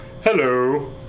Hello